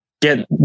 get